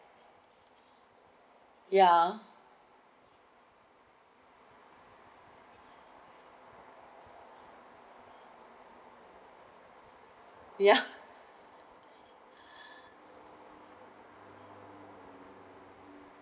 ya ya